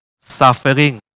suffering